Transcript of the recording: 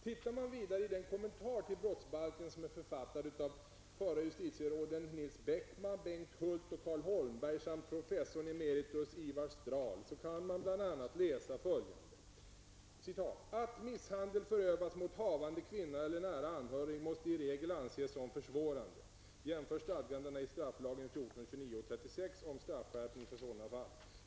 Tittar man vidare i den kommentar till brottsbalken som är författad av förra justitieråden Nils Beckman, Bengt Huldt och Carl Holmberg samt professor emeritus Ivar Strahl kan man läsa bl a följande: ''Att misshandel förövas mot havande kvinna eller nära anhörig måste i regel anses som försvårande .